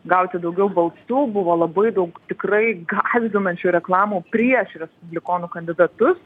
gauti daugiau balsų buvo labai daug tikrai gąsdinančių reklamų prieš respublikonų kandidatus